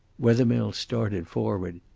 wethermill started forward.